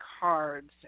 cards